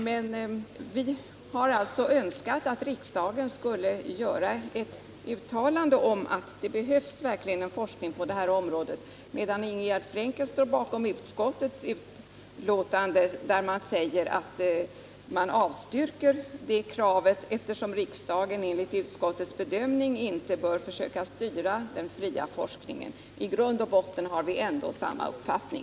Men medan vi på vårt håll alltså önskat att riksdagen skulle göra ett uttalande om att det verkligen behövs en forskning på detta område står Ingegärd Frenkel bakom utskottets skrivning, där detta krav avstyrks med hänvisning till att riksdagen, enligt utskottets bedömning, inte bör försöka styra den fria forskningen. I grund och botten har vi ändå samma uppfattning.